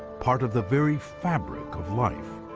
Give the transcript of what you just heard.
part of the very fabric of life.